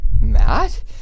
Matt